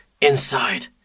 inside